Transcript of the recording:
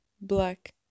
Black